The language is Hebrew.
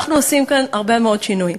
אנחנו עושים כאן הרבה מאוד שינויים.